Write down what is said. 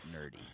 nerdy